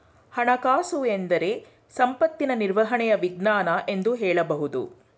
ಹಣಕಾಸುಎಂದ್ರೆ ಸಂಪತ್ತಿನ ನಿರ್ವಹಣೆಯ ವಿಜ್ಞಾನ ಎಂದು ಹೇಳಬಹುದು